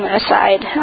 aside